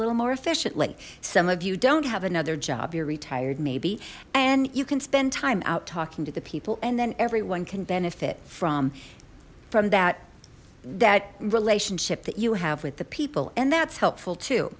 little more efficiently some of you don't have another job you're retired maybe and you can spend time out talking to the people and then everyone can benefit from from that that relationship that you have with the people and that's helpful too